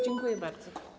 Dziękuję bardzo.